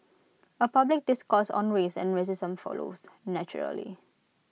A public discourse on race and racism follows naturally